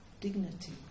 dignity